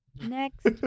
Next